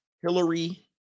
Hillary